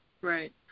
Right